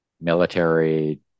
military